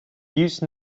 use